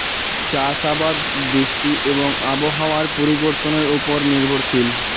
চাষ আবাদ বৃষ্টি এবং আবহাওয়ার পরিবর্তনের উপর নির্ভরশীল